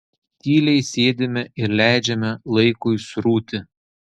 tyliai sėdime ir leidžiame laikui srūti